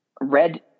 red